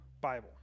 Bible